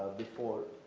before.